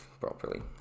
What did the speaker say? properly